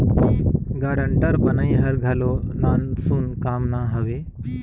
guarantor बनई हर घलो नानसुन काम ना हवे